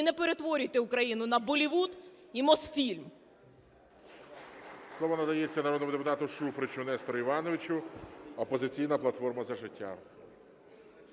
і не перетворюйте Україну на Боллівуд і Мосфільм.